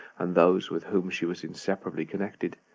and those with whom she was inseparably connected,